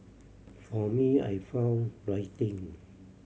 for me I found writing